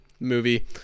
movie